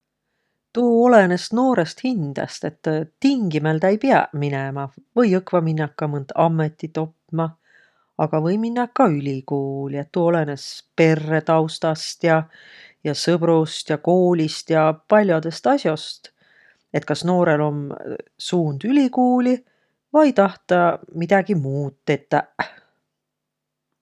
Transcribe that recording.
Tuu olõnõs noorõst hindäst. Et tingimäldäq ei piäq minemä. Või õkva minnäq ka mõnt ammõtit opma. Aga või minnäq ka ülikuuli. Tuu olõnõs perretaustast ja, ja sõbrust ja koolist ja pall'odõst as'ost. Et kas noorõl om suund ülikuuli vai taht tä midägi muud tetäq.